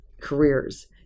careers